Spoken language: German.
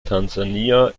tansania